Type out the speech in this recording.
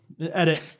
Edit